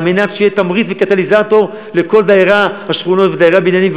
כדי שיהיה תמריץ וקטליזטור לכל דיירי השכונות ודיירי הבניינים,